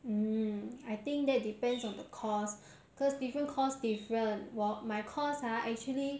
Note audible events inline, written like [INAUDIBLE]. mm I think that depends on the course cause different course different [NOISE] my course ah actually